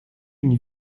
une